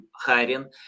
hiring